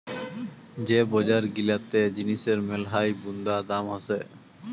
যে বজার গিলাতে জিনিসের মেলহাই বুন্দা দাম হসে